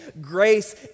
grace